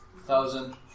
thousand